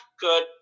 good